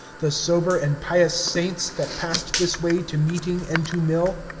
the sober and pious saints, that passed this way to meeting and to mill.